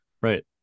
Right